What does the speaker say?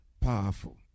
powerful